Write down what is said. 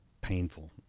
painful